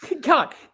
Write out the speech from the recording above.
God